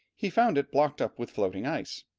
he found it blocked up with floating ice.